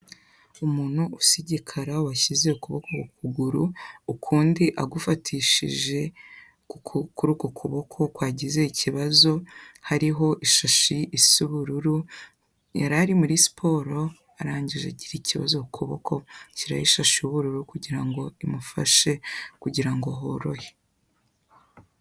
Umuntu usa igikara washyize ukuboko ku kuguru ukundi agufatishije ku kuboko, ukuboko kwagize ikibazo hariho ishashi isa ubururu, yari ari muri siporo arangije agira ikibazo ku kuboko ashyira ishashi y'ubururu kugira ngo imufashe kugira ngo horohe.